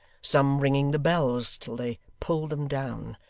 some ringing the bells till they pulled them down,